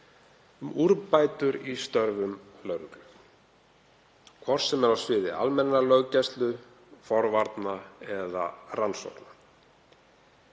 um úrbætur í störfum lögreglu, hvort sem er á sviði almennrar löggæslu, forvarna eða rannsókna.